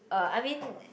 uh I mean